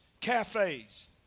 cafes